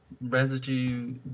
Residue